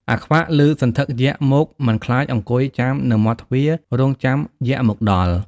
អាខ្វាក់ ឮសន្ធឹកយក្សមកមិនខ្លាចអង្គុយចាំនៅមាត់ទ្វាររងចាំយក្សមកដល់។